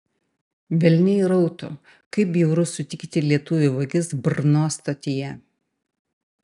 velniai rautų kaip bjauru sutikti lietuvių vagis brno stotyje